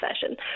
session